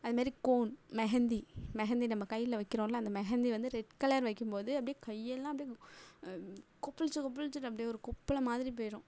அது மாரி கோன் மெஹந்தி மெஹந்தி நம்ம கையில் வைக்கிறோம்ல அந்த மெஹந்தி வந்து ரெட் கலர் வைக்கும் போது அப்படியே கையெல்லாம் அப்படியே கொப்பிளிச்சு கொப்பிளிச்சுடும் அப்படியே ஒரு கொப்பளம் மாதிரி போயிடும்